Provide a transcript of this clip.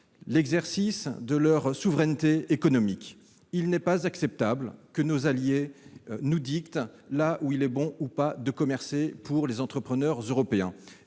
l'exercice de leur souveraineté économique. Il n'est pas acceptable que nos alliés nous dictent là où il est bon ou pas de commercer pour les entrepreneurs européens.